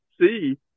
see